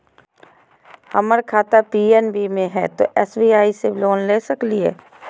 हमर खाता पी.एन.बी मे हय, तो एस.बी.आई से लोन ले सकलिए?